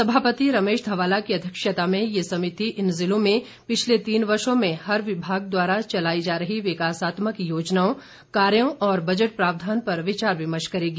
सभापति रमेश धवाला की अध्यक्षता में ये समिति इन जिलों में पिछले तीन वर्षों में हर विभाग द्वारा चलाई जा रही विकासात्मक योजनाओं कार्यो और बजट प्रावधान पर विचार विमर्श करेगी